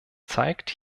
zeigt